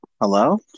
Hello